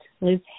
Liz